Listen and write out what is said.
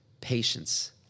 patience